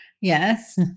Yes